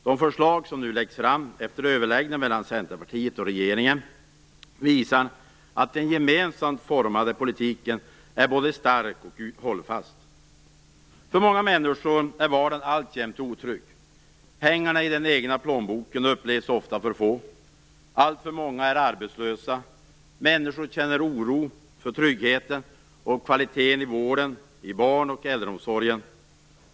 De förslag som nu läggs fram efter överläggningar mellan Centerpartiet och regeringen visar att den gemensamt formade politiken är både stark och hållfast. För många människor är vardagen alltjämt otrygg. Pengarna i den egna plånboken upplevs ofta som för få. Alltför många är arbetslösa. Människor känner oro för tryggheten och kvaliteten i vården, i barn och äldreomsorgen.